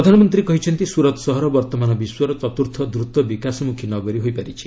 ପ୍ରଧାନମନ୍ତ୍ରୀ କହିଛନ୍ତି ସୁରତ୍ ସହର ବର୍ତ୍ତମାନ ବିଶ୍ୱର ଚତ୍ରୁର୍ଥ ଦ୍ରତ ବିକାଶମୁଖୀ ନଗରୀ ହୋଇପାରିଛି